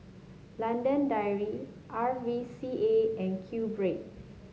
London Dairy R V C A and QBread